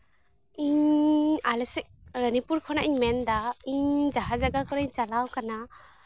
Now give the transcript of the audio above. ᱤᱧ ᱟᱞᱮ ᱥᱮᱫ ᱱᱤᱯᱩᱨ ᱠᱷᱚᱱᱟᱜ ᱤᱧ ᱢᱮᱱᱮᱫᱟ ᱤᱧ ᱡᱟᱦᱟᱸ ᱡᱟᱭᱜᱟ ᱠᱚᱨᱮᱧ ᱪᱟᱞᱟᱣ ᱠᱟᱱᱟ